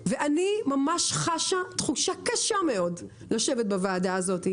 ואני ממש חשה תחושה קשה מאוד לשבת בוועדה הזאת.